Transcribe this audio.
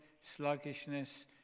sluggishness